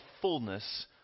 fullness